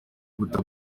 butaka